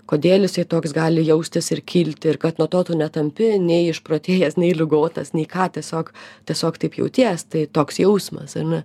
kodėl jisai toks gali jaustis ir kilti ir kad nuo to tu netampi nei išprotėjęs nei ligotas nei ką tiesiog tiesiog taip jauties tai toks jausmas ar ne